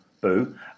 boo